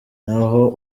naho